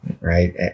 right